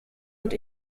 und